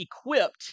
equipped